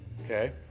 okay